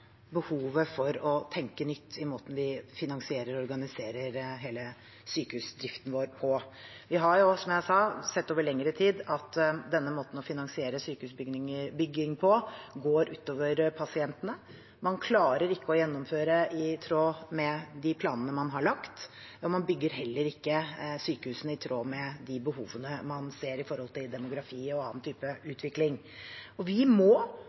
behovet for å tenke nytt i måten vi finansierer og organiserer hele sykehusdriften vår på. Vi har jo også, som jeg sa, over lengre tid sett at denne måten å finansiere sykehusbygging på går ut over pasientene. Man klarer ikke å gjennomføre i tråd med de planene man har lagt, og man bygger heller ikke sykehusene i tråd med de behovene man ser i forhold til demografi og annen type utvikling. Vi må